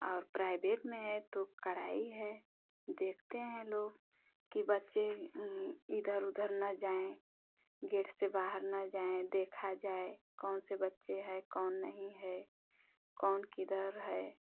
और प्राइवेट में है तो कड़ाई है देखते हैं लोग कि बच्चे इधर उधर ना जाए गेट से बाहर न जाए देखा जाए कौन से बच्चे हैं कौन नहीं है कौन किधर है